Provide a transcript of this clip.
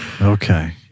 Okay